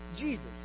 Jesus